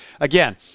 Again